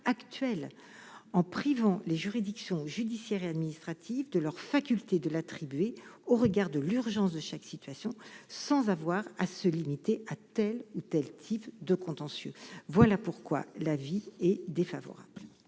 en privant les juridictions judiciaires et administratives de leur faculté de l'attribuer au regard de l'urgence de chaque situation sans avoir à se limiter à telle ou telle type de contentieux, voilà pourquoi l'avis est défavorable.